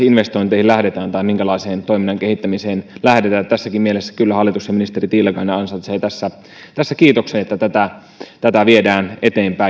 investointeihin lähdetään tai minkälaiseen toiminnan kehittämiseen lähdetään tässäkin mielessä kyllä hallitus ja ministeri tiilikainen ansaitsevat tässä tässä kiitoksen että tätä tätä viedään eteenpäin